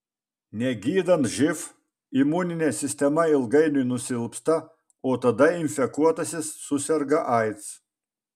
negydant živ imuninė sistema ilgainiui nusilpsta o tada infekuotasis suserga aids